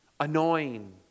Annoying